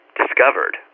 discovered